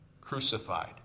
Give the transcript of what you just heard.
crucified